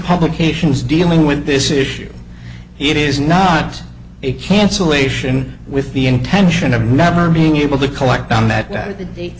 publications dealing with this issue it is not a cancellation with the intention of never being able to collect on that